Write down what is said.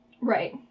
Right